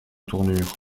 tournure